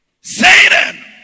Satan